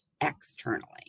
externally